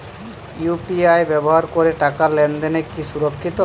UPI ব্যবহার করে টাকা লেনদেন কি সুরক্ষিত?